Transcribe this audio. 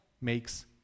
makes